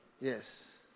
Yes